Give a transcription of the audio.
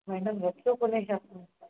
madam रखियो कोन्हे छा कयूं असां